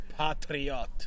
Patriot